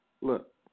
Look